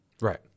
Right